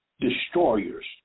destroyers